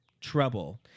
trouble